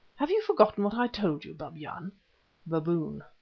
have you forgotten what i told you, babyan? baboon.